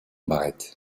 barrette